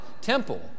temple